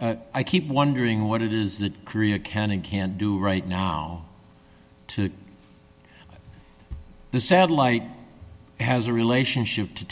i keep wondering what it is that korea can and can't do right now to the satellite has a relationship to